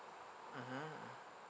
mmhmm mm